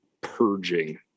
purging